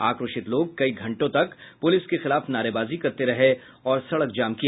आक्रोशित लोग कई घंटों तक पुलिस के खिलाफ नारेबाजी करते रहे और सड़क जाम किया